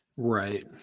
Right